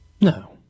No